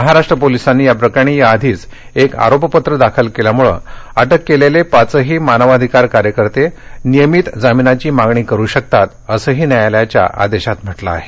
महाराष्ट्र पोलिसांनी या प्रकरणी याआधीच एक आरोपपत्र दाखल केल्यामुळे अटक केलेले पाचही मानवाधिकार कार्यकर्ते नियमित जामिनाची मागणी करू शकतात असंही न्यायालयाच्या आदेशात म्हटलं आहे